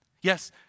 Yes